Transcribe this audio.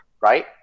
right